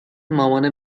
مامانه